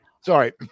Sorry